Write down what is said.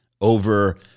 over